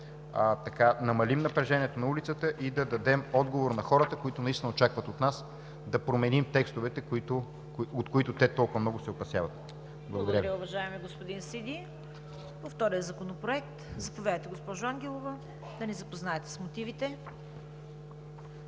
намалим напрежението на улицата и да дадем отговор на хората, които очакват от нас да променим текстовете, от които те толкова много се опасяват. Благодаря. ПРЕДСЕДАТЕЛ ЦВЕТА КАРАЯНЧЕВА: Благодаря Ви, уважаеми господин Сиди. По втория законопроект – заповядайте, госпожо Ангелова, да ни запознаете с мотивите.